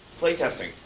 playtesting